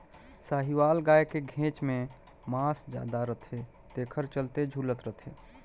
साहीवाल गाय के घेंच में मांस जादा रथे तेखर चलते झूलत रथे